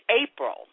April